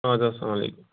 اَدٕ حظ اسلامُ علیکُم